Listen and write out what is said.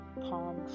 palm